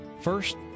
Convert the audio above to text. First